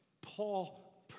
Paul